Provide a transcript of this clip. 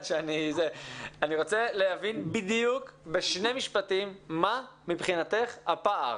אני רוצה להבין בדיוק בשני משפטים מה מבחינתך הפער.